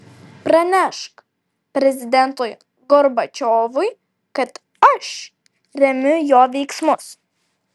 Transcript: pranešk prezidentui gorbačiovui kad aš remiu jo veiksmus